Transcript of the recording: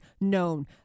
known